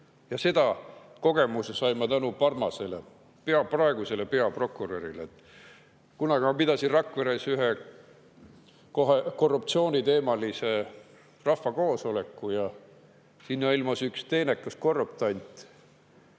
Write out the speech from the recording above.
Ja selle kogemuse sain ma tänu Parmasele, praegusele peaprokurörile. Kunagi pidasin Rakveres ühe korruptsiooniteemalise rahvakoosoleku ja sinna ilmus üks teenekas korruptant